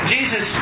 Jesus